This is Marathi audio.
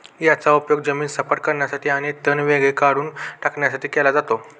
याचा उपयोग जमीन सपाट करण्यासाठी आणि तण वेगाने काढून टाकण्यासाठी केला जातो